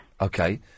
Okay